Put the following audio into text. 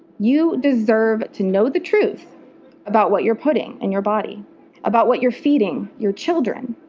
you deserve to know the truth about what you're putting in your body about what you're feeing your children.